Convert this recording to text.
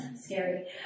scary